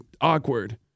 awkward